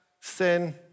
sin